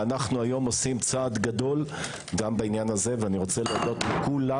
ואנו היום עושים צעד גדול גם בעניין הזה ואני רוצה להודות לכולם